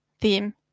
theme